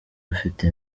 bafite